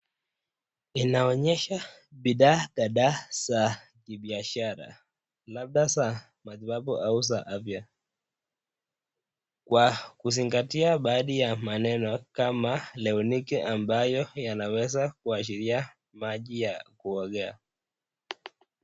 Inaonyesha bidhaa kadhaa za kibiashara labda za matibabu au za afya kwa kuzingatia baadhi ya maneno kama leoniki ambayo yanaweza kuashiria maji ya kuogea.